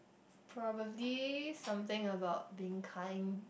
probably something about being kind